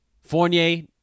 Fournier